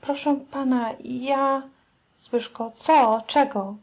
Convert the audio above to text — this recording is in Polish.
proszę pana ja co czego